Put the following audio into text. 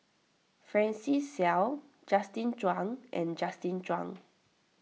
Francis Seow Justin Zhuang and Justin Zhuang